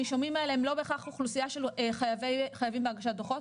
הנישומים האלה הם לא בהכרח אוכלוסייה של חייבים בהגשת דוחות,